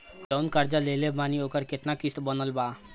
हम जऊन कर्जा लेले बानी ओकर केतना किश्त बनल बा?